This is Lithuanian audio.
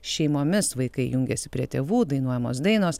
šeimomis vaikai jungiasi prie tėvų dainuojamos dainos